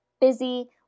busy